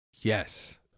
yes